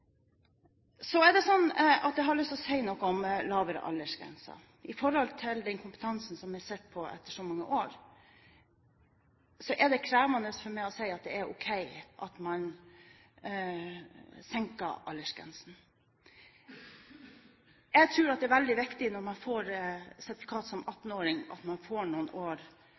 jeg lyst til å si noe om lavere aldersgrense. Med den kompetansen jeg sitter på etter så mange år, er det krevende for meg å si at det er ok at man senker aldersgrensen. Jeg tror det er veldig viktig når man får sertifikat som 18-åring, at man får noen